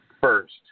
first